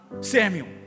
Samuel